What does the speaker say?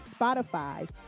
Spotify